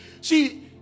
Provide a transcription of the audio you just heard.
See